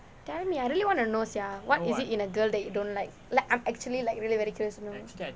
tell me I really wanna know sia what is it in a girl that you don't like like I'm actually like really very curious you know